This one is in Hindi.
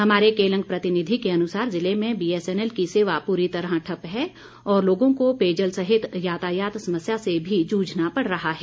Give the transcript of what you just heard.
हमारे केलंग प्रतिनिधि के अनुसार जिले में बीएसएनएल की सेवा पूरी तरह ठप्प है और लोगों को पेयजल सहित यातायात समस्या से भी जूझना पड़ रहा है